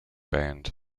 band